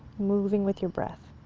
moving with your breath.